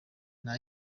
nta